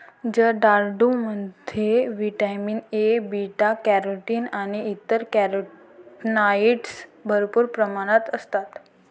जर्दाळूमध्ये vitamin A, beta carotene आणि इतर कॅरोटीनॉइड्स भरपूर प्रमाणात असतात